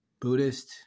Buddhist